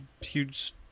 huge